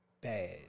bad